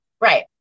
Right